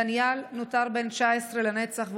דניאל נותר בן 19 לנצח,